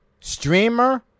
streamer